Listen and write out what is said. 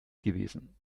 gewesen